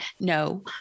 No